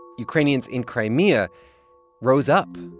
ukrainians in crimea rose up.